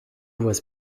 was